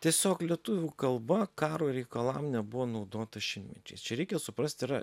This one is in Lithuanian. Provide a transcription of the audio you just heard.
tiesiog lietuvių kalba karo reikalam nebuvo naudota šimtmečiais čia reikia suprast yra